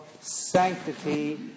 sanctity